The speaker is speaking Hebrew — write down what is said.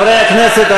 סעיף 1 התקבל